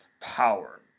power